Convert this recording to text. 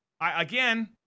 Again